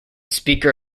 speaker